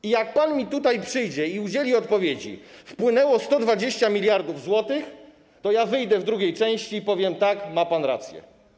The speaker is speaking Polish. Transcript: I jak pan tutaj przyjdzie i udzieli odpowiedzi, że wpłynęło 120 mld zł, to ja wyjdę w drugiej części i powiem: Tak, ma pan rację.